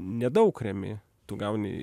nedaug remi tu gauni